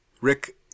Rick